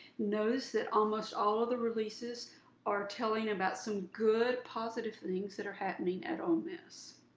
notice that almost all of the releases are telling about some good, positive things that are happening at um miss.